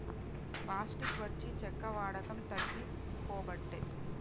plastic వచ్చి చెక్క వాడకం తగ్గిపోబట్టే